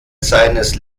seines